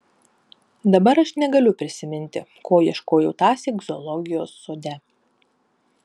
dabar aš negaliu prisiminti ko ieškojau tąsyk zoologijos sode